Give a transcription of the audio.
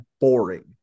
boring